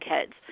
kids